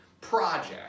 project